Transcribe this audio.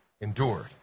endured